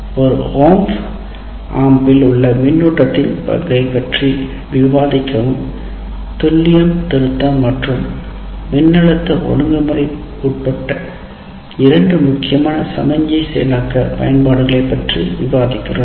ஒரு ஒப் ஆம்பில் உள்ள பின்னூட்டத்தின் பங்கைப் பற்றி விவாதிக்கவும் துல்லியம் திருத்தம் மற்றும் மின்னழுத்த ஒழுங்குமுறை உட்பட இரண்டு முக்கியமான சமிக்ஞை செயலாக்க பயன்பாடுகளை பற்றி விவாதிக்கிறோம்